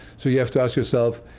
so you have to ask yourself,